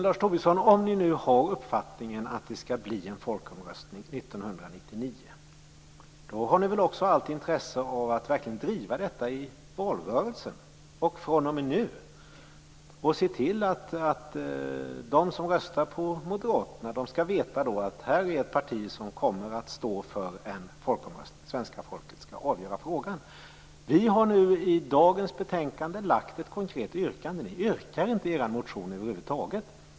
Fru talman! Om ni nu har uppfattningen att det skall bli en folkomröstning 1999, då har ni väl också allt intresse av att verkligen driva detta i valrörelsen, fr.o.m. nu, och se till att de som röstar på moderaterna skall veta att här är ett parti som kommer att stå för en folkomröstning. Svenska folket skall få avgöra frågan. Vi har i dagens betänkande lagt fram ett konkret yttrande. Ni yrkar inte i era motioner över huvud taget.